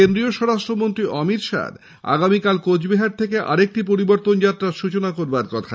কেন্দ্রীয় স্বরাষ্ট্রমন্ত্রী অমিত শাহ্র আগামীকাল কোচবিহার থেকে আরেকটি পরিবর্তন যাত্রা সৃচনা করার কথা